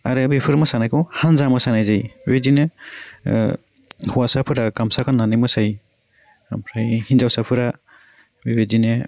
आरो बेफोर मोसानायखौ हान्जा मोसानाय जायो बेबायदिनो हौवासाफोरा गामसा गान्ना मोसायो ओमफ्राय हिन्जावसाफोरा बेबायदिनो